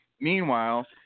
meanwhile